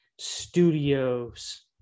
studios